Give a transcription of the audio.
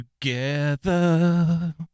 together